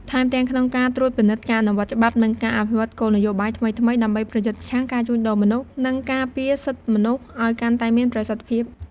ថែមទាំងក្នុងការត្រួតពិនិត្យការអនុវត្តច្បាប់ និងការអភិវឌ្ឍគោលនយោបាយថ្មីៗ ដើម្បីប្រយុទ្ធប្រឆាំងការជួញដូរមនុស្ស និងការពារសិទ្ធិមនុស្សឲ្យកាន់តែមានប្រសិទ្ធភាព។